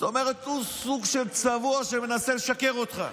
זאת אומרת הוא סוג של צבוע שמנסה לשקר לך.